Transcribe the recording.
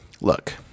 look